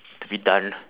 to be done